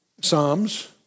Psalms